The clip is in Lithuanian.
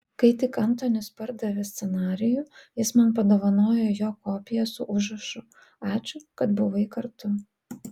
kai tik antonis pardavė scenarijų jis man padovanojo jo kopiją su užrašu ačiū kad buvai kartu